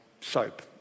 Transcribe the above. SOAP